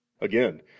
again